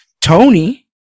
Tony